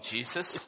Jesus